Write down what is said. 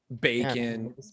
bacon